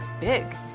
big